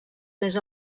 més